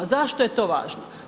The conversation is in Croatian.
Zašto je to važno?